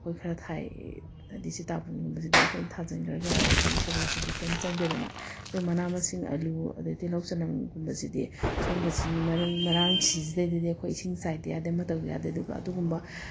ꯑꯩꯈꯣꯏ ꯈꯔ ꯊꯥꯏ ꯍꯥꯏꯗꯤ ꯁꯤꯇꯥꯕꯣꯟꯒꯨꯝꯕꯁꯤꯗꯤ ꯑꯩꯈꯣꯏꯅ ꯊꯥꯖꯤꯟꯈ꯭ꯔꯒ ꯑꯗꯨꯒꯤ ꯁꯦꯕꯥ ꯁꯩꯕꯤ ꯀꯩꯝ ꯆꯪꯗꯦꯗꯅ ꯑꯗꯨ ꯃꯅꯥ ꯃꯁꯤꯡ ꯑꯂꯨ ꯑꯗꯩ ꯇꯤꯜꯍꯧ ꯆꯅꯝꯒꯨꯝꯕꯁꯤꯗꯤ ꯁꯨꯒꯨꯝꯕꯁꯤ ꯃꯔꯣꯏ ꯃꯔꯥꯡꯁꯤꯡꯗꯩꯗꯗꯤ ꯑꯩꯈꯣꯏ ꯏꯁꯤꯡ ꯆꯥꯏꯗ ꯌꯥꯗꯦ ꯑꯃ ꯇꯧꯗ ꯌꯥꯗꯦ ꯑꯗꯨꯒ ꯑꯗꯨꯒꯨꯝꯕ